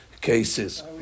cases